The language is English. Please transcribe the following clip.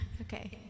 okay